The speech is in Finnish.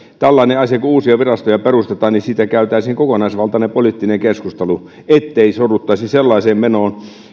tällaisessa asiassa kun uusia virastoja perustetaan siitä käytäisiin kokonaisvaltainen poliittinen keskustelu ettei sorruttaisi sellaiseen menoon